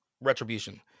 retribution